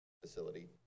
facility